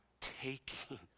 taking